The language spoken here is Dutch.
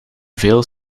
veel